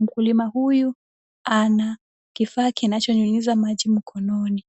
Mkulima huyu ana kifaa kinachonyunyiza maji mkononi.